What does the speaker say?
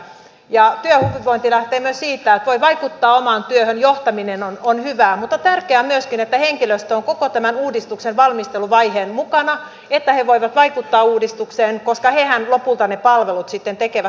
työhyvinvointi lähtee myös siitä että voi vaikuttaa omaan työhön johtaminen on hyvää mutta tärkeää on myöskin että henkilöstö on koko tämän uudistuksen valmisteluvaiheen mukana että he voivat vaikuttaa uudistukseen koska hehän lopulta ne palvelut sitten tekevät